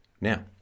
Now